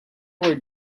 were